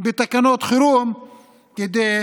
בתקנות חירום כדי